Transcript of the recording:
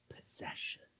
possession